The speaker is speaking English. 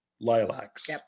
lilacs